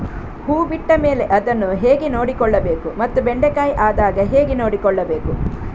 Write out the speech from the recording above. ಹೂ ಬಿಟ್ಟ ಮೇಲೆ ಅದನ್ನು ಹೇಗೆ ನೋಡಿಕೊಳ್ಳಬೇಕು ಮತ್ತೆ ಬೆಂಡೆ ಕಾಯಿ ಆದಾಗ ಹೇಗೆ ನೋಡಿಕೊಳ್ಳಬೇಕು?